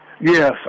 Yes